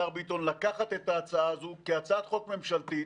השר ביטון, לקחת ההצעה הזו כהצעת חוק ממשלתית,